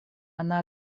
она